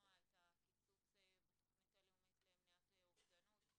ולמנוע את הקיצוץ בתוכנית הלאומית למניעת אובדנות,